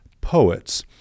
poets